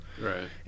Right